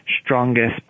strongest